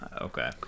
Okay